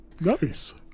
Nice